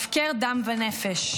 הפקר דם ונפש".